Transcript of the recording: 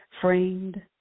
framed